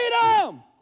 freedom